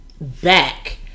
back